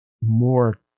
more